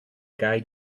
guy